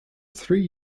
three